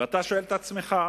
ואתה שואל את עצמך,